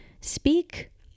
speak